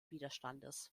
widerstandes